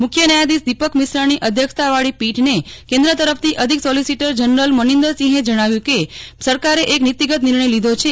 મુખ્ય ન્યાયાધીશ દિપક મિશ્રાની અધ્યક્ષતાવાળી પીઠને કેન્દ્ર તરફથી અધિક સોલિસીટર જનરલ મનિંદરસિંહે જણાવ્યું કે સરકારે એક નીતીગત નિર્ણય લીધો છે